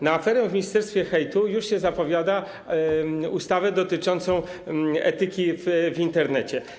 Na aferę w ministerstwie hejtu już się zapowiada ustawę dotyczącą etyki w Internecie.